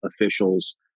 officials